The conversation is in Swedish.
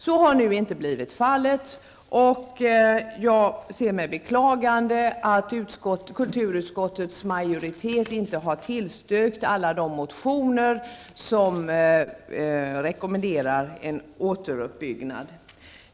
Så har inte blivit fallet, och jag ser med beklagande att kulturutskottets majoritet inte har tillstyrkt alla de motioner som rekommenderar en återuppbyggnad.